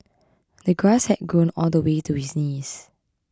the grass had grown all the way to his knees